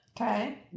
Okay